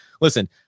listen